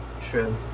true